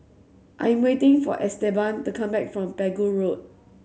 I'm waiting for Esteban to come back from Pegu Road